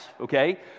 okay